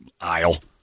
aisle